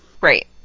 Right